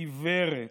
עיוורת,